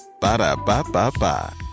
Ba-da-ba-ba-ba